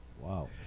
Wow